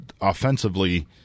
offensively